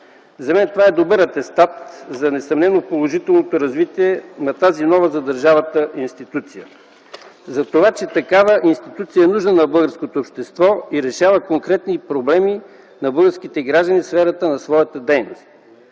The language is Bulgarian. За мен това е добър атестат за несъмнено положителното развитие на тази нова за държавата институция, че такава институция е нужна на българското общество и решава конкретни проблеми на българските граждани в сферата на своята дейност.